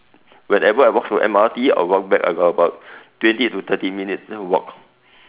whenever I walk to the M_R_T I walk back I got about twenty to thirty minutes then walk